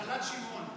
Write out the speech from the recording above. נחלת שמעון.